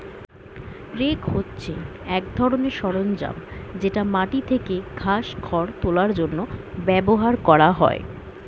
rake হচ্ছে এক ধরনের সরঞ্জাম যেটা মাটি থেকে ঘাস, খড় তোলার জন্য ব্যবহার করা হয়